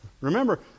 Remember